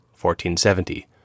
1470